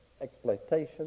exploitation